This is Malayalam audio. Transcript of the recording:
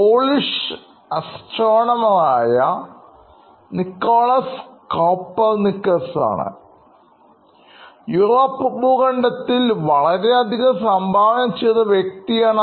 പോളിഷ് ബഹിരാകാശ ശാസ്ത്രജ്ഞൻആയ നിക്കോളാസ് കോപ്പർനിക്കസ് ആണ് യൂറോപ്പ് ഭൂഖണ്ഡത്തിൽ വളരെയധികം സംഭാവന ചെയ്ത വ്യക്തിയാണ്